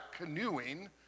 canoeing